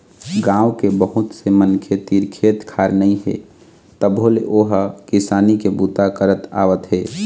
गाँव के बहुत से मनखे तीर खेत खार नइ हे तभो ले ओ ह किसानी के बूता करत आवत हे